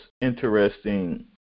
interesting